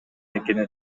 экени